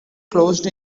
closed